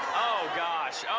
oh, gosh.